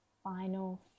Final